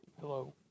Hello